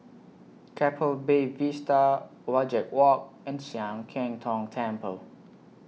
Keppel Bay Vista Wajek Walk and Sian Keng Tong Temple